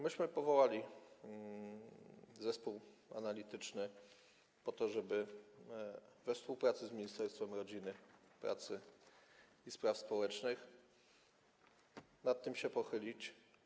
Myśmy powołali zespół analityczny po to, żeby we współpracy z Ministerstwem Rodziny, Pracy i Polityki Społecznej się nad tym pochylić.